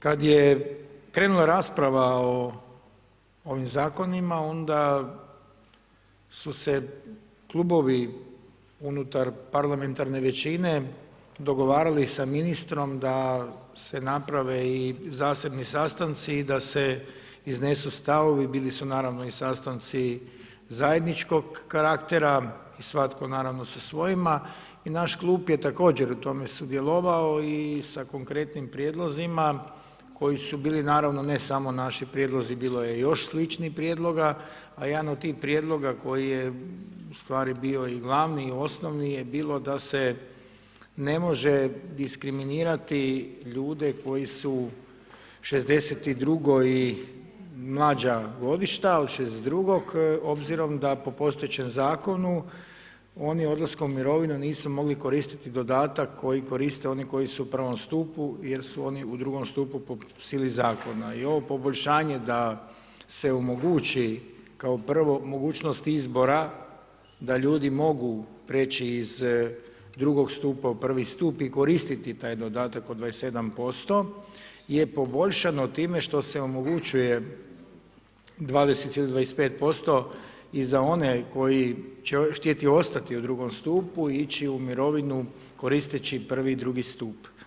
Kada je krenula rasprava o ovim zakonima, onda su se klubovi unutar parlamentarne većine dogovarali sa ministrom da se naprave i zasebni sastanci i da se iznesu stavovi, bili su naravno i sastanci zajedničkog karaktera, svatko naravno sa svojima i naš klub je također u tome sudjelovao i sa konkretnim prijedlozima koji su bili naravno ne samo naši prijedlozi, bilo je još sličnih prijedloga, a jedan od tih prijedloga koji je u stvari bio i glavni i osnovni je bilo da se ne može diskriminirati ljude koji su 62-oj, mlađa godišta od 62-og obzirom da po postojećem Zakonu oni odlaskom u mirovinu nisu mogli koristiti dodatak koji koriste oni koji su u prvom stupu jer su oni u drugom stupu po sili Zakona i ovo poboljšanje da se omogući kao prvo mogućnost izbora da ljudi mogu preći iz drugog stupa u prvi stup i koristiti taj dodatak od 27% je poboljšano time što se omogućuje 20 ili 25% i za one koji će htjeti ostati u drugom stupu, ići u mirovinu koristeći prvi i drugi stup.